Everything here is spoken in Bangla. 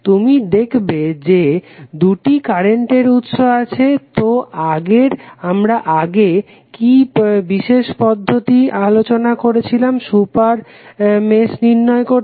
তুমি দেখবে যে দুটি কারেন্টের উৎস আছে তো আমরা আগে কি বিশেষ পদ্ধতি আলোচনা করেছিলাম সুপার মেশ নির্ণয় করতে